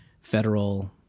federal